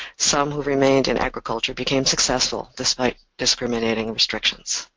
some who remained in agriculture became successful, despite discriminating restrictions.